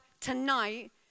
tonight